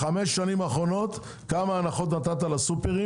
בחמש השנים האחרונות כמה הנחות נתת לסופרים